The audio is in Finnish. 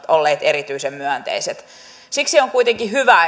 olleet erityisen myönteiset siksi on kuitenkin hyvä